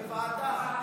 בוועדה.